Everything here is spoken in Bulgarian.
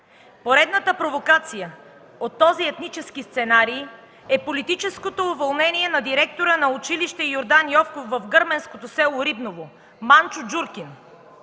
Поредната провокация от този етнически сценарий е политическото уволнение на директора на училище „Йордан Йовков” в гърменското село Рибново Манчо Джуркин.